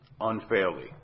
unfairly